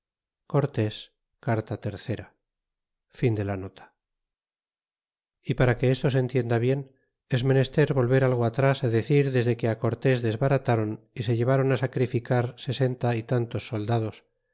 ayudar á guatemuz y para que esto se entienda bien es menester volver algo atras decir desde que á cortés desbaratron y se ileváron á sacrificar sesenta y tantos soldados